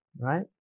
right